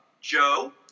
Joe